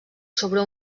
sobre